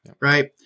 Right